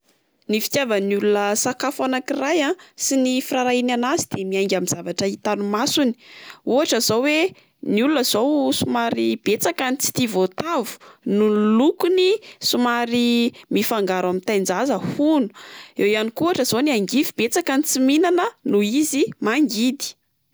Ny fitiavan'ny olona sakafo anak'iray a sy ny firarahiany an'azy de miainga amin'ny zavatra hitan'ny masony. Ohatra zao oe ny olona zao somary betsaka no tsy tia voatavo noho ny lokony somary mifangaro amin'ny tain-jaza hono. Eo ihany koa ohatra zao ny angivy betsaka ny tsy mihinana noho izy mangidy.